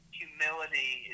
humility